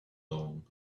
long